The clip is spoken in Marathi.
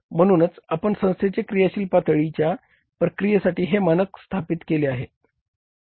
म्हणूनच आपण संस्थेच्या क्रियाशील पातळीच्या प्रक्रियेसाठी हे मानक स्थापित केले आहे